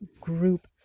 group